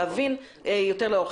להבין יותר לעומק.